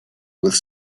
with